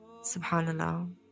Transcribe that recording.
SubhanAllah